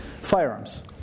Firearms